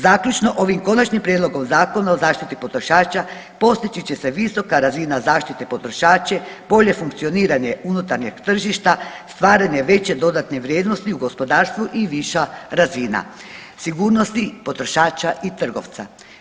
Zaključno, ovim konačnim prijedlogom Zakona o zaštiti potrošača postići će se visoka razina zaštita potrošača, bolje funkcioniranje unutarnjeg tržišta, stvaranje veće dodatne vrijednosti u gospodarstvu i viša razina sigurnosti potrošača i trgovca.